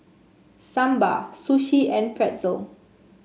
Sambar Sushi and Pretzel